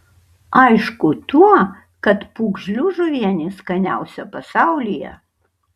aišku tuo kad pūgžlių žuvienė skaniausia pasaulyje